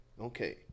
Okay